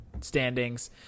standings